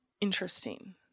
Interesting